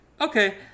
Okay